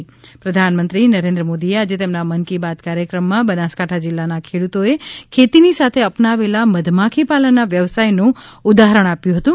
બનાસકાંઠા મધમાખી પાલન પ્રધાનમંત્રી નરેન્દ્ર મોદીએ આજે તેમના મન કી બાત કાર્યક્રમમાં બનાસકાંઠા જીલ્લાના ખેડૂતોએ ખેતીની સાથે અપનાવેલા મધમાખી પાલનના વ્યવસાયનું ઉદાહરણ આપ્યું હતું